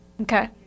Okay